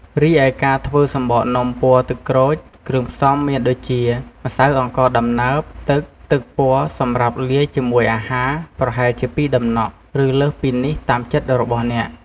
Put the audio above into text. រីឯការធ្វើសំបកនំពណ៌ទឹកក្រូច គ្រឿងផ្សំមានដូចជា ម្សៅអង្ករដំណើប ទឹក ទឹកពណ៌សម្រាប់លាយជាមួយអាហារ ប្រហែលជា ២តំណក់ ឬលើសពីនេះតាមចិត្តរបស់អ្នក។